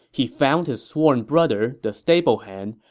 he found his sworn brother, the stablehand,